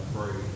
pray